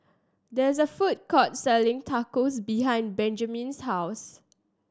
there is a food court selling Tacos behind Benjamen's house